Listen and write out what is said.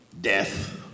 death